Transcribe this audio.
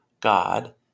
God